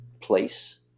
place